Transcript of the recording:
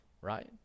right